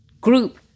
group